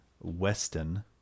Weston